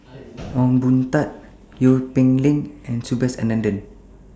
Ong Boon Tat Seow Peck Leng and Subhas Anandan